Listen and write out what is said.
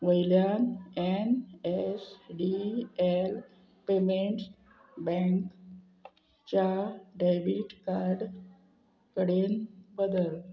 वयल्यान N S D L payments bank च्या debit card कडेन बदल